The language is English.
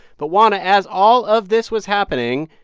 but juana, as all of this was happening,